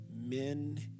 men